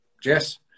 Jess